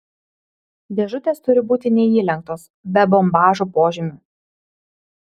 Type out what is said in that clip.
dėžutės turi būti neįlenktos be bombažo požymių